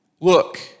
Look